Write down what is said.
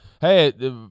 hey